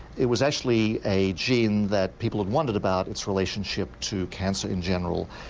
it was actually a gene that people had wondered about its relationship to cancer in general,